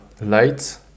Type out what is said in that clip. lights